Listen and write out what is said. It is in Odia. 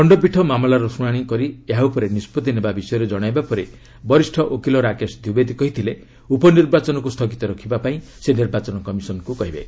ଖଣ୍ଡପୀଠ ମାମଲାର ସମ୍ପର୍ଣ୍ଣ ଶୁଣାଣି କରି ଏହା ଉପରେ ନିଷ୍ପଭି ନେବା ବିଷୟରେ ଜଣାଇବା ପରେ ବରିଷ୍ଣ ଓକିଲ ରାକେଶ ଦ୍ୱିବେଦୀ କହିଥିଲେ ଉପନିର୍ବାଚନକୁ ସ୍ଥଗିତ ରଖିବା ପାଇଁ ସେ ନିର୍ବାଚନ କମିଶନଙ୍କୁ କହିବେ